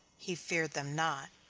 he feared them not.